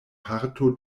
parto